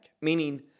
meaning